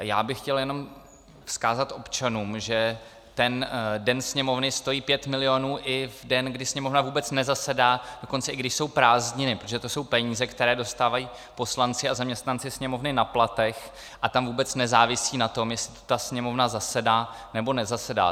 Já bych chtěl jenom vzkázat občanům, že den Sněmovny stojí 5 milionů i v den, kdy Sněmovna vůbec nezasedá, dokonce i když jsou prázdniny, protože to jsou peníze, které dostávají poslanci a zaměstnanci Sněmovny na platech a tam vůbec nezávisí na tom, jestli Sněmovna zasedá, nebo nezasedá.